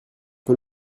peu